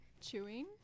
chewing